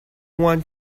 want